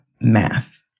math